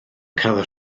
cael